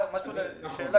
שאלה קצרה.